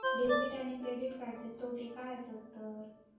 Debit आणि credit कार्डचे तोटे काय आसत तर?